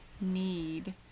need